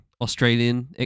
australian